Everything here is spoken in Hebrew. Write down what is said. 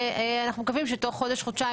ואנחנו מקווים שבתוך חודש-חודשיים.